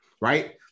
right